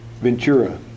Ventura